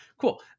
cool